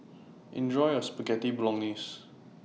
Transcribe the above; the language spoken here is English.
Enjoy your Spaghetti Bolognese